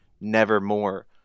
Nevermore